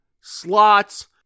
slots